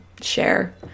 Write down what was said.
share